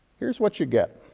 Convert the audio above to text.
here's what you get.